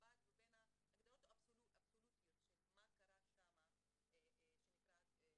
קודם כל אני באמת מברכת על כך שבסופו של דבר הוחלט שאנחנו כן משאירים